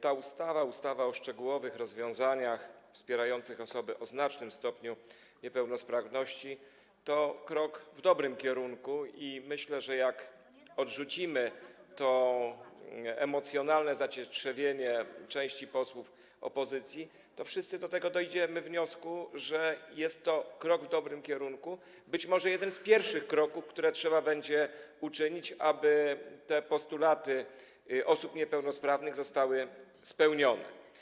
Ta ustawa, ustawa o szczegółowych rozwiązaniach wspierających osoby o znacznym stopniu niepełnosprawności, to krok w dobrym kierunku i myślę, że jak odrzucimy to emocjonalne zacietrzewienie części posłów opozycji, to wszyscy dojdziemy do wniosku, że jest to krok w dobrym kierunku, być może jest to jeden z pierwszych kroków, które trzeba będzie uczynić, aby postulaty osób niepełnosprawnych zostały spełnione.